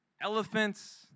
Elephants